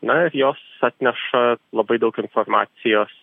na ir jos atneša labai daug informacijos